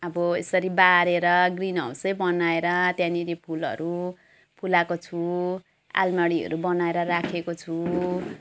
अब यसरी बारेर ग्रिन हाउसै बनाएर त्यहाँनिर फुलहरू फुलाएको छु आलमारीहरू बनाएर राखेको छु